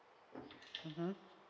mmhmm